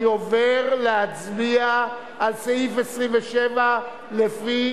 אני עובר להצביע על סעיף 27 לפי